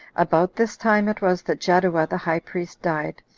about this time it was that jaddua the high priest died,